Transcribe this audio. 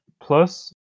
Plus